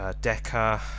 Decker